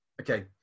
okay